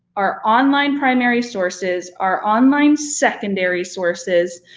our online primary sources, our online secondary sources,